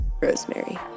Rosemary